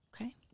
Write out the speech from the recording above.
Okay